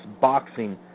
boxing